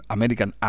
American